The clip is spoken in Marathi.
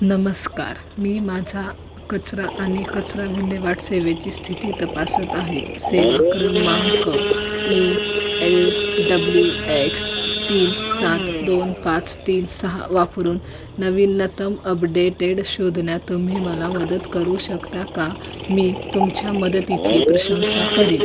नमस्कार मी माझा कचरा आणि कचरा विल्हेवाट सेवेची स्थिती तपासत आहे सेवा क्रमांक ई एल डब्ल्यू एक्स तीन सात दोन पाच तीन सहा वापरून नवीनतम अपडेटेड शोधण्यात तुम्ही मला वदत करू शकता का मी तुमच्या मदतीची प्रशंसा करीन